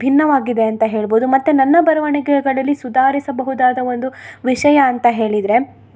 ಭಿನ್ನವಾಗಿದೆ ಅಂತ ಹೇಳ್ಬೌದು ಮತ್ತು ನನ್ನ ಬರವಣಿಗೆಗಳಲ್ಲಿ ಸುಧಾರಿಸಬಹುದಾದ ಒಂದು ವಿಷಯ ಅಂತ ಹೇಳಿದ್ರೆ